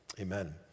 Amen